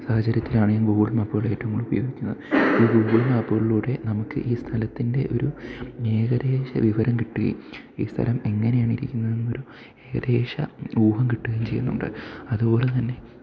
സാഹചര്യത്തിലാണ് ഞാൻ ഗൂഗിൾ മാപ്പുകൾ ഏറ്റവും കൂടുതൽ ഉപയോഗിക്കുന്നത് ഈ ഗൂഗിൾ മാപ്പുകളിലൂടെ നമുക്ക് ഈ സ്ഥലത്തിൻ്റെ ഒരു ഏകദേശ വിവരം കിട്ടുകയും ഈ സ്ഥലം എങ്ങനെയാണ് ഇരിക്കുന്നതെന്നൊരു ഏകദേശ ഊഹം കിട്ടുകയും ചെയ്യുന്നുണ്ട് അതുപോലെതന്നെ